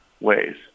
ways